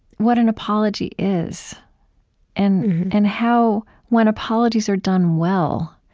what an apology is and and how when apologies are done well.